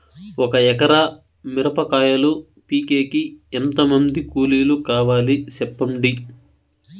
ఒక ఎకరా మిరప కాయలు పీకేకి ఎంత మంది కూలీలు కావాలి? సెప్పండి?